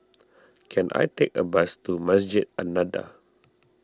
can I take a bus to Masjid An Nahdhah